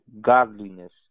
godliness